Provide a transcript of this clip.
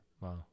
Wow